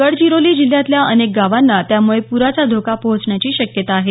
गडचिरोली जिल्ह्यातल्या अनेक गावांना त्यामुळे पुराचा धोका पोहोचण्याची शक्यता आहे